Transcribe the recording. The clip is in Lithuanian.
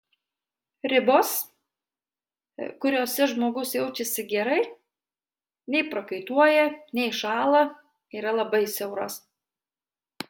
ribos kuriose žmogus jaučiasi gerai nei prakaituoja nei šąla yra labai siauros